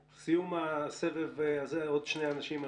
לסיום הסבב הזה אני רוצה לשמוע עוד שני אנשים.